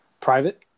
private